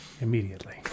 immediately